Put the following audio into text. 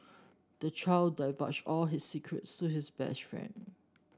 the child divulged all his secrets to his best friend